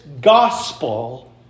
gospel